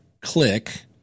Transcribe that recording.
click